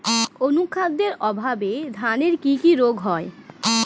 অনুখাদ্যের অভাবে ধানের কি কি রোগ হয়?